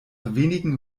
wenigen